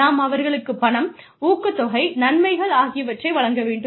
நாம் அவர்களுக்குப் பணம் ஊக்கத்தொகை நன்மைகள் ஆகியவற்றை வழங்க வேண்டும்